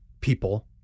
people